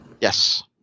Yes